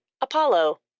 Apollo